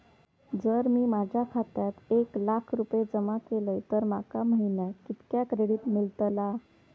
जर मी माझ्या खात्यात एक लाख रुपये जमा केलय तर माका महिन्याक कितक्या क्रेडिट मेलतला?